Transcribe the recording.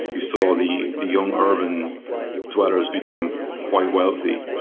you saw the the young urban dwellers become quite wealthy,